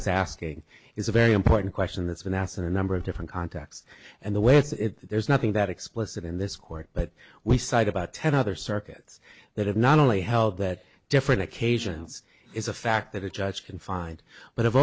is asking is a very important question that's been asked in a number of different contexts and the way it's there's nothing that explicit in this court but we cite about ten other circuits that have not only held that different occasions is a fact that a judge can find but i've